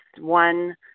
one